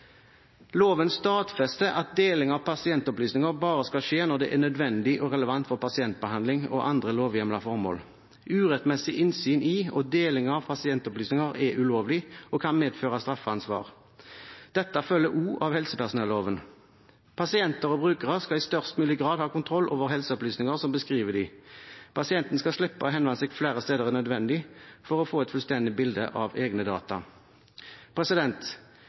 Loven stadfester at deling av pasientopplysninger bare skal skje når det er nødvendig og relevant for pasientbehandling og andre lovhjemlede formål. Urettmessig innsyn i og deling av pasientopplysninger er ulovlig og kan medføre straffeansvar. Dette følger også av helsepersonelloven. Pasienter og brukere skal i størst mulig grad ha kontroll over helseopplysninger som beskriver dem. Pasienten skal slippe å henvende seg flere steder enn nødvendig for å få et fullstendig bilde av egne data.